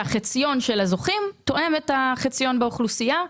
החציון של הזוכים תואם את החציון באוכלוסייה.